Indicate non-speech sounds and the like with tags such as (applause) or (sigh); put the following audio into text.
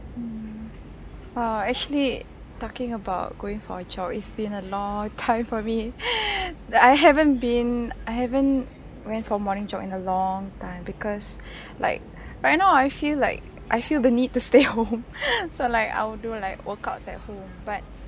mm oh actually talking about going for a jog it's been a long time for me (breath) that I haven't been I haven't went for morning jog in a long time because (breath) like right now I feel like I feel the need to stay home (laughs) (breath) so like I'll do like workouts at home but